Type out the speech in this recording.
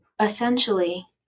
essentially